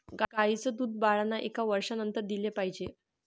गाईचं दूध बाळांना एका वर्षानंतर दिले पाहिजे